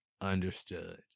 Understood